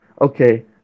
Okay